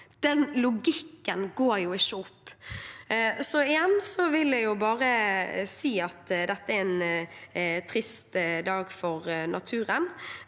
Den logikken går jo ikke opp. Igjen vil jeg bare si at dette er en trist dag for naturen,